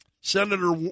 Senator